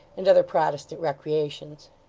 and other protestant recreations.